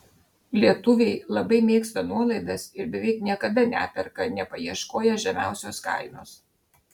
lietuviai labai mėgsta nuolaidas ir beveik niekada neperka nepaieškoję žemiausios kainos